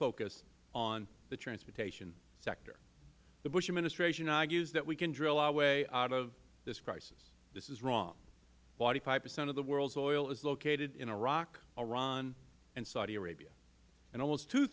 focus on the transportation sector the bush administration argues that we can drill our way out of this crisis this is wrong forty five percent of the world's oil is located in iraq iran and saudi arabia and almost two